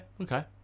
Okay